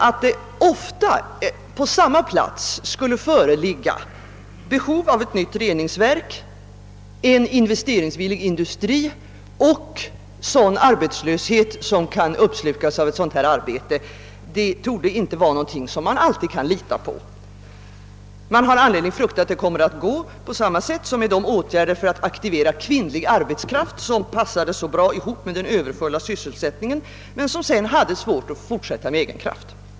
Att det på samma plats skulle föreligga behov av ett nytt reningsverk, en investeringsvillig industri och sådan arbetslöshet som kan avhjälpas med arbete av detta slag torde inte vara något som man alltid kan lita på. Man har anledning frukta att det kommer att gå på samma sätt som med de åtgärder för att aktivera kvinnlig arbetskraft, som passade så bra ihop med den överfulla sysselsättningen men som sedan hade svårt att fortsätta av egen kraft.